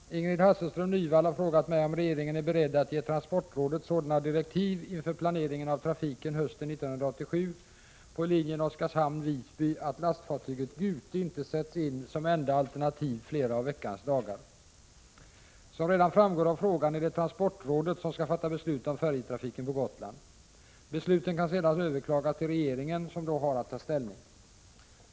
Herr talman! Ingrid Hasselström Nyvall har frågat mig om regeringen är beredd att ge transportrådet sådana direktiv inför planeringen av trafiken hösten 1987 på linjen Oskarshamn-Visby att lastfartyget Gute inte sätts in som enda alternativ flera av veckans dagar. Som framgår redan av frågan är det transportrådet som skall fatta beslut om färjetrafiken på Gotland. Besluten kan sedan överklagas till regeringen, som då har att ta ställning.